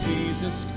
Jesus